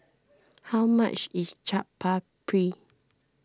how much is Chaat Papri